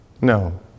No